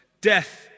Death